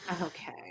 Okay